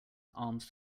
alms